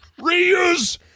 reuse